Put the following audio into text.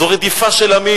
זו רדיפה של עמי,